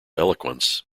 eloquence